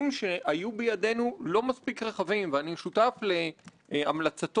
התהליך שנעשה כאן מחייב לימוד של הכנסת,